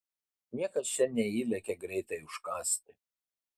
niekas čia neįlekia greitai užkąsti